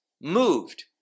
moved